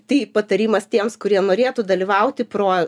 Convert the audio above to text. tai patarimas tiems kurie norėtų dalyvauti pro